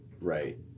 Right